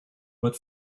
but